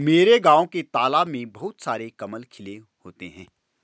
मेरे गांव के तालाब में बहुत सारे कमल खिले होते हैं